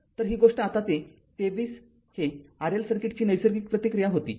तर ही गोष्ट आता ते २३ हे RL सर्किटची नैसर्गिक प्रतिक्रिया होती